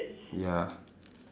ya